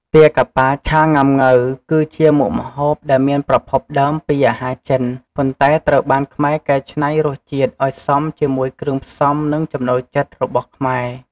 ទាកាប៉ាឆាង៉ាំង៉ូវ គឺជាមុខម្ហូបដែលមានប្រភពដើមពីអាហារចិន ប៉ុន្តែត្រូវបានខ្មែរកែច្នៃរសជាតិឱ្យសមជាមួយគ្រឿងផ្សំ និងចំណូលចិត្តរបស់ខ្មែរ។